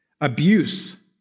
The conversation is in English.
abuse